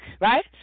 right